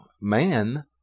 man